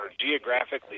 geographically